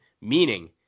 meaning